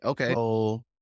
Okay